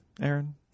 Aaron